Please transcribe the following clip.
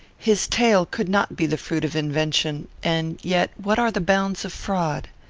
his tale could not be the fruit of invention and yet, what are the bounds of fraud?